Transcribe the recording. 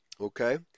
Okay